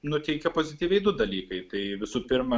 nuteikia pozityviai du dalykai tai visų pirma